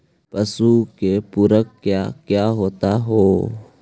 पशु के पुरक क्या क्या होता हो?